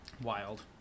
Wild